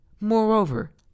Moreover